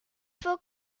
faux